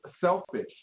selfish